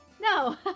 No